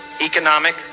economic